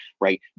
right